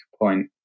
point